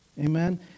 Amen